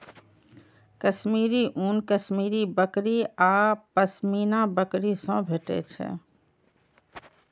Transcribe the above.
कश्मीरी ऊन कश्मीरी बकरी आ पश्मीना बकरी सं भेटै छै